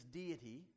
deity